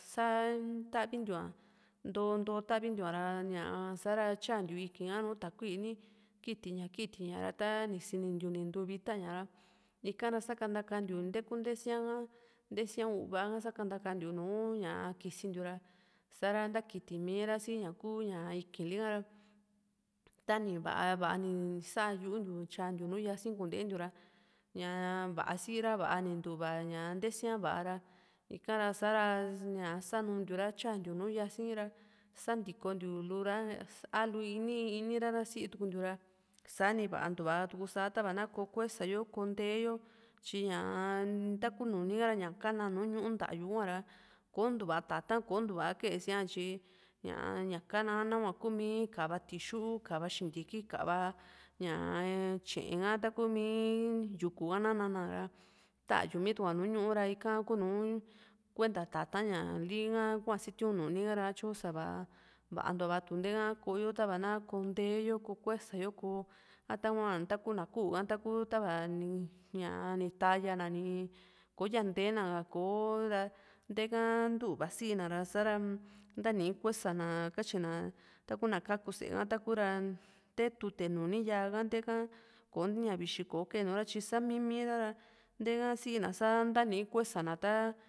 sá tavintiu´a nto nto tavintu´a ña sa´ra tyantiu íkiin ha nu takui kiti ña kiti ña ta nisintiu ni ntú vita ña´ra ika ra sakantakantiu nté kú ntesía ka ntesía u´va ka sakantakantiu nú kisintiu ra sa´ra nta kitimi ra sí ña kuu íkiin liha ra tani va´a va´a ni sá yu´u ntiu ntyantiu nùù yasi kuntentiu ra ña va´a sira va´a ntu´va ña ntésía va´a ra ika ra sa´ra sanuntiu ra tyantiu nùù yasi ra santikontiu luu´ra alu ini ra ini ra sii tukuntiu ra sa´ni vaantua su´sa tava na ko kuesa yo kó nté yo tyi taku nuni ka´ra ña ka´na núu ñuu ntayu kua´ra kontu´a tata´n kontu´a kee síaa ña tyi ña ñá ka´na nahua kuumi kava tixu kava xintiki kava ñaa tye´e ha ntákuu mi yuku ha na´na ra táyuu mitukuá núu ñuu ra ika ku´nuu kuenta tata´n ña li´ha kua sitiun nuni ka´ra ñatyu sa´va vaantua vatuntéka koo´yo tava ná koo nté yo kó kuesa yo kó a tahua taku ná ku´u ha taku tava ni ñaa ni ta´ya na ni kò´o ya nténa ka kò´o ra nteka ntuva sii na ra sa´ra ntani kuesa ná katyina takuna kaku sée ka taku ra nté tute nuni yaa ha nteka kò´o ña vixi ko kee nura tyi sá mii´mira ntéka sii na sá ntani kuesa na tá